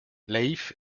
leif